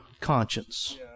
conscience